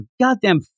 goddamn